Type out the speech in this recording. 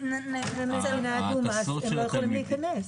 אם הם באים ממדינה אדומה, הם לא יכולים להיכנס.